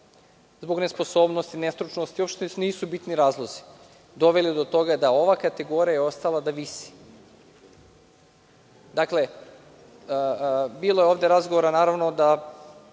zbog nesposobnosti, nestručnosti, uopšte nisu bitni razlozi, doveli do toga da je ova kategorija ostala da visi. Dakle, bilo je ovde razgovora, naravno, da